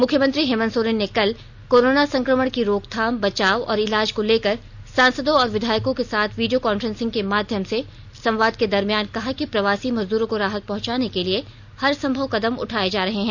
मुख्यमंत्री हेमंत सोरेन ने कल कोरोना संक्रमण की रोकथाम बचाव और इलाज को लेकर सांसदों और विधायकों के साथ वीडियो कॉन्फ्रेंसिंग के माध्यम से संवाद के दरम्यान कहा कि प्रवासी मजदूरों को राहत पहंचाने के लिए हरसंभव कदम उठाए जा रहे हैं